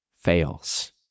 fails